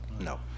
no